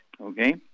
okay